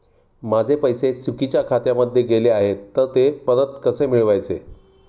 माझे पैसे चुकीच्या खात्यामध्ये गेले आहेत तर ते परत कसे मिळवायचे?